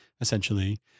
essentially